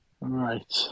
Right